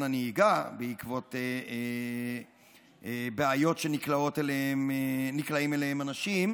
הנהיגה בעקבות בעיות שנקלעים אליהן אנשים.